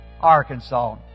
Arkansas